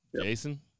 Jason